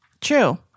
True